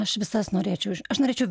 aš visas norėčiau aš norėčiau